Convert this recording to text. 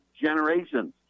generations